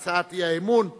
הצעת חוק ההוצאה לפועל (תיקון,